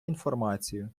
інформацію